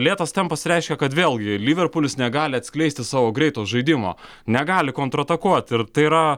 lėtas tempas reiškia kad vėlgi liverpulis negali atskleisti savo greito žaidimo negali kontratakuoti ir tai yra